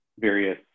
various